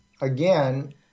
again